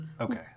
Okay